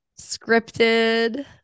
scripted